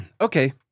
Okay